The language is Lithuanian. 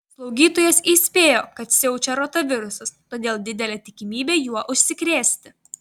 slaugytojos įspėjo kad siaučia rotavirusas todėl didelė tikimybė juo užsikrėsti